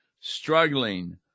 struggling